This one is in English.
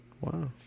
Wow